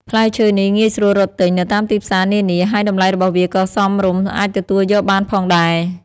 ផ្លែឈើនេះ ងាយស្រួលរកទិញ នៅតាមទីផ្សារនានា ហើយតម្លៃរបស់វាក៏សមរម្យអាចទទួលយកបានផងដែរ។